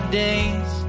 days